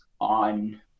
on